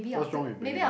what's wrong with being